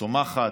צומחת,